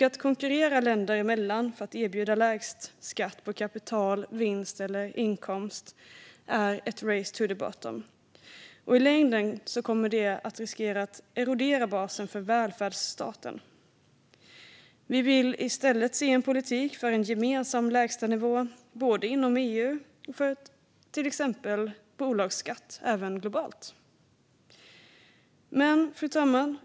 Att konkurrera länder emellan med att erbjuda lägst skatt på kapital, vinster eller inkomster är ett race to the bottom som i längden riskerar att erodera basen för välfärdsstaten. Vi vill i stället se en politik för en gemensam lägstanivå inom EU och för till exempel bolagsskatt även globalt. Fru talman!